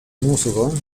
musgo